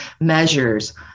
measures